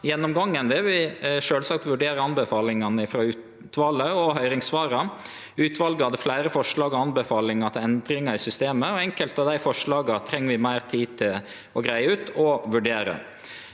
gjennomgangen vil vi sjølvsagt vurdere anbefalingane frå utvalet og høyringssvara. Utvalet hadde fleire forslag og anbefalingar til endringar i systemet, og enkelte av dei forslaga treng vi meir tid på å greie ut og vurdere.